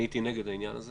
הייתי נגד העניין הזה